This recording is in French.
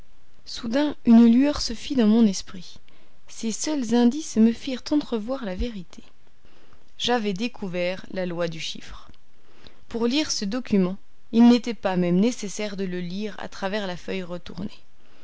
soudain une lueur se fit dans mon esprit ces seuls indices me firent entrevoir la vérité j'avais découvert la loi du chiffre pour lire ce document il n'était pas même nécessaire de le lire à travers la feuille retournée